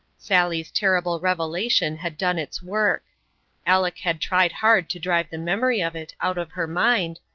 sally's terrible revelation had done its work aleck had tried hard to drive the memory of it out of her mind,